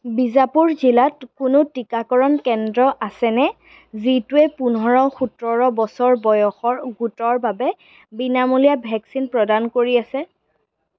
বিজাপুৰ জিলাত কোনো টীকাকৰণ কেন্দ্ৰ আছেনে যিটোৱে পোন্ধৰ সোতৰ বছৰ বয়সৰ গোটৰ বাবে বিনামূলীয়া ভেকচিন প্ৰদান কৰি আছে